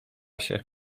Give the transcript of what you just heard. się